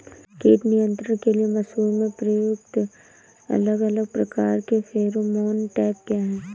कीट नियंत्रण के लिए मसूर में प्रयुक्त अलग अलग प्रकार के फेरोमोन ट्रैप क्या है?